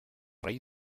rei